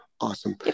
awesome